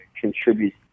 contribute